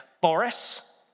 Boris